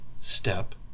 step